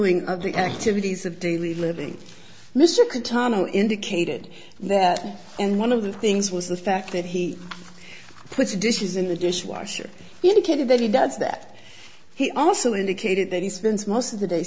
ing of the activities of daily living mr khatami indicated that and one of the things was the fact that he put the dishes in the dishwasher indicated that he does that he also indicated that he spends most of the day